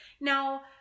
Now